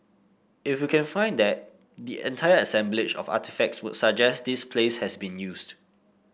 if we can find that the entire assemblage of artefacts would suggest this place has been used